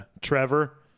Trevor